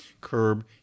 curb